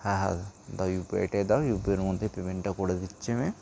হ্যাঁ হ্যাঁ দাদা দাও ইউ পি আই টাই দাও ইউ পি আই এর মধ্যেই পেমেন্টটা করে দিচ্ছি আমি